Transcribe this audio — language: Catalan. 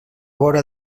vora